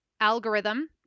algorithm